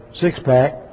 six-pack